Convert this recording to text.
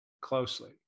closely